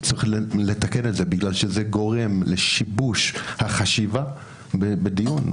צריך לתקן את זה כי זה גורם לשיבוש החשיבה בדיון.